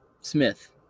Smith